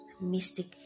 mystic